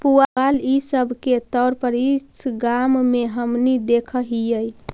पुआल इ सब के तौर पर इस गाँव में हमनि देखऽ हिअइ